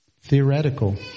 theoretical